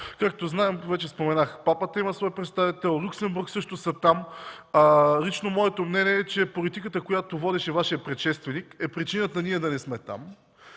там пряко. Вече споменах, папата има свой представител, Люксембург също е там. Лично моето мнение е, че политиката, която водеше Вашият предшественик, е причината ние да не сме там.